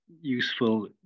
useful